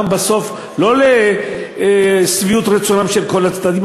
גם אם בסוף לא לשביעות רצונם של כל הצדדים,